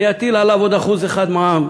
אני אטיל עליו עוד 1% מע"מ.